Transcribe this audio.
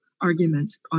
arguments